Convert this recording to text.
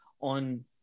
on